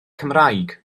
cymraeg